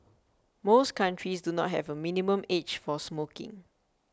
most countries do not have a minimum age for smoking